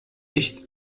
nicht